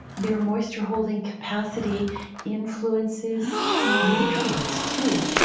their moisture holding capacity influences nutrients too.